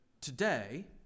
today